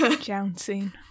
jouncing